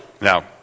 Now